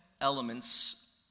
elements